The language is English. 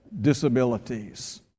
disabilities